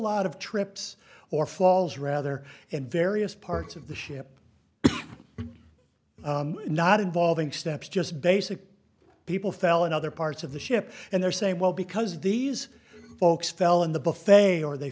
lot of trips or falls rather in various parts of the ship not involving steps just basically people fell in other parts of the ship and they're saying well because these folks fell in the buffet or they